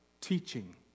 teaching